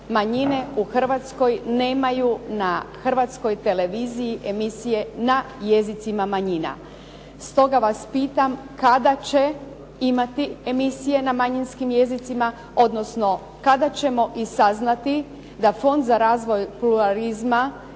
manjine u Hrvatskoj nemaju na Hrvatskoj televiziji emisije na jezicima manjina. Stoga vas pitam kada će imati emisije na manjinskim jezicima odnosno kada ćemo i saznati da fond za razvoj pluralizma